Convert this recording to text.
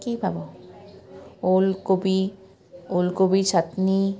কি পাব ওলকবি ওলকবিৰ চাটনি